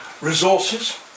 resources